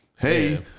Hey